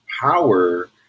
power